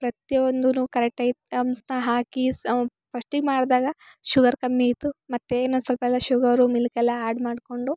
ಪ್ರತಿಯೊಂದು ಕರೆಕ್ಟ್ ಐಟಮ್ಸನ ಹಾಕಿ ಸಂ ಫಸ್ಟಿಗೆ ಮಾಡಿದಾಗ ಶುಗರ್ ಕಮ್ಮಿ ಇತ್ತು ಮತ್ತು ಇನ್ನೊಂದು ಸ್ವಲ್ಪ ಎಲ್ಲ ಶುಗರು ಮಿಲ್ಕ್ ಎಲ್ಲ ಆ್ಯಡ್ ಮಾಡ್ಕೊಂಡು